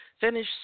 finish